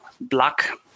black